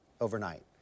overnight